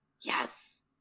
Yes